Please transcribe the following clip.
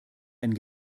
einen